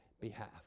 behalf